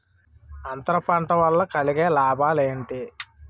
అంతర పంట వల్ల కలిగే లాభాలు ఏంటి